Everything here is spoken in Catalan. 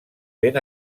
ben